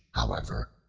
however,